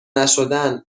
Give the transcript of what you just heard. نشدن